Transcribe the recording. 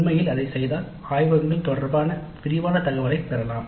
உண்மையில் அதைச் செய்தால் ஆய்வகங்கள் தொடர்பான விரிவான தகவலைப் பெறலாம்